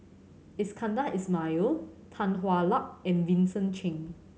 Iskandar Ismail Tan Hwa Luck and Vincent Cheng